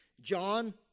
John